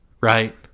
right